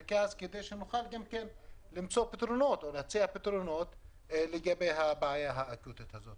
כמה במרכז כדי שנוכל להציע פתרונות לבעיה האקוטית הזאת.